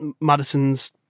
Madison's